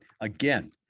again